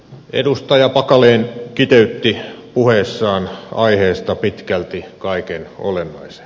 edustaja packalen kiteytti puheessaan aiheesta pitkälti kaiken olennaisen